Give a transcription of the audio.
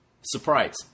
surprise